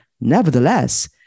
Nevertheless